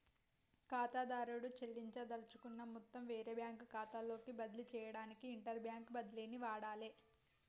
ఖాతాదారుడు చెల్లించదలుచుకున్న మొత్తం వేరే బ్యాంకు ఖాతాలోకి బదిలీ చేయడానికి ఇంటర్బ్యాంక్ బదిలీని వాడాలే